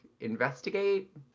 investigate